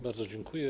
Bardzo dziękuję.